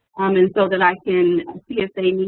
um and so that i can cna i mean